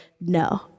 no